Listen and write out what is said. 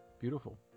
Beautiful